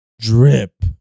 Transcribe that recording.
drip